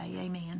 Amen